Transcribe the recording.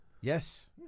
Yes